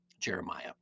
Jeremiah